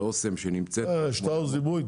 על אסם שנמצאת --- שטראוס דיברו איתי